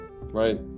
right